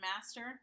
Master